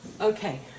Okay